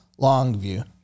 Longview